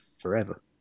Forever